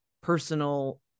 personal